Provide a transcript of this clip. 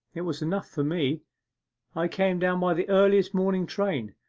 it was enough for me i came down by the earliest morning train,